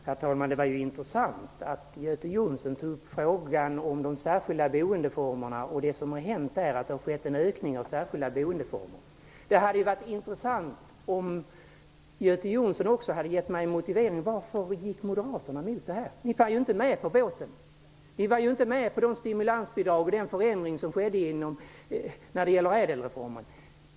Herr talman! Det var intressant att Göte Jonsson tog upp frågan om de särskilda boendeformerna och den ökning av dessa som har skett. Det hade varit intressant om Göte Jonsson också hade gett mig en motivering till varför Moderaterna gick emot detta. Ni var ju inte med på båten. Ni var inte med om de stimulansbidrag och den förändring som gällde ÄDEL-reformen.